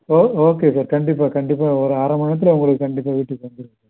ஓ okay sir கண்டிப்பாக கண்டிப்பாக ஒரு அரமணி நேரத்தில் உங்களுக்கு கண்டிப்பாக வீட்டுக்கு வந்துடும் சார்